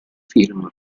film